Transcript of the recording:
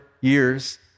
years